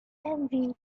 envy